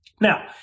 Now